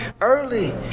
early